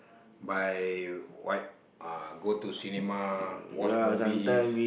by what uh go to cinema watch movies